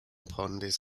pond